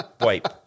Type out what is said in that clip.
wipe